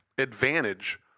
advantage